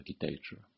architecture